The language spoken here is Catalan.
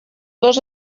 dos